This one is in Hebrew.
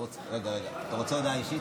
חברי הכנסת,